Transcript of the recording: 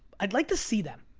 i'd like to see them.